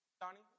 Donnie